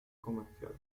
comercial